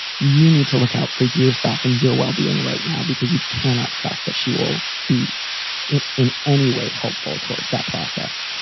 you need to look out for yourself and your wellbeing right now because you cannot trust that she will be it in any way helpful towards that process.